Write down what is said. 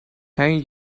thank